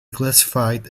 classified